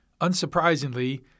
Unsurprisingly